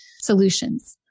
solutions